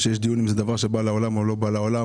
שיש דיון אם זה דבר שבא לעולם או לא בא לעולם,